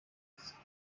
dice